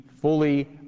fully